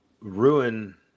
ruin